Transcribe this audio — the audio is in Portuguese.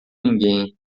ninguém